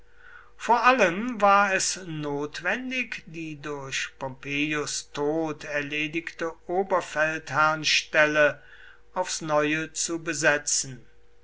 vor allem war es notwendig die durch pompeius tod erledigte oberfeldherrnstelle aufs neue zu besetzen